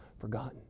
forgotten